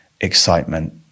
excitement